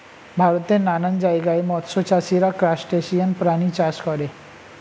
ভারতের নানান জায়গায় মৎস্য চাষীরা ক্রাসটেসিয়ান প্রাণী চাষ করে